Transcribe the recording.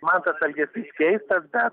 man tas elgesys keistas bet